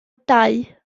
dau